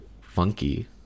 funky